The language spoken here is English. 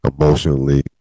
emotionally